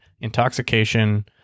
intoxication